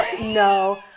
No